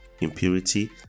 impurity